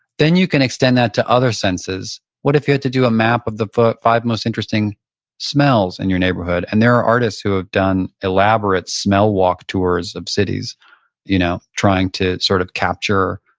then you can extend that to other senses. what if you had to do a map of the five most interesting smells in your neighborhood? and there are artists who have done elaborate smell walk tours of cities you know trying to sort of capture.